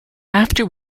after